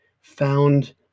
found